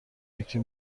فکری